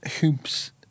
hoops